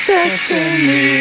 Destiny